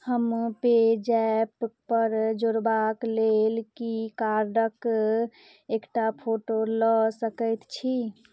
हम पेजैपपर जोड़बाक लेल कि कार्डके एकटा फोटो लऽ सकै छी